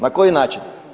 Na koji način?